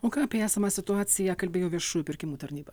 o ką apie esamą situaciją kalbėjo viešųjų pirkimų tarnyba